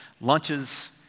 lunches